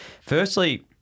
Firstly